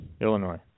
Illinois